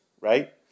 right